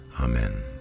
Amen